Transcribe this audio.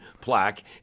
plaque